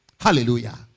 Hallelujah